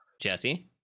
Jesse